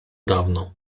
dawno